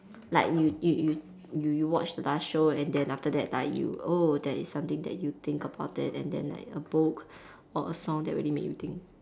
like you you you you you watch the last show and then after that like you oh that is something that you think about it and then like a book or a song that really make you think